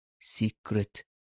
secret